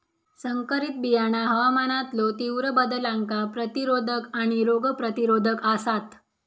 संकरित बियाणा हवामानातलो तीव्र बदलांका प्रतिरोधक आणि रोग प्रतिरोधक आसात